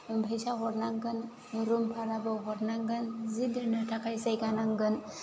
फैसा हरनांगोन रुम भाराबो हरनांगोन जि दोन्नो थाखाय जायगा नांगोन